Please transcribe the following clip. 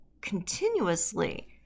continuously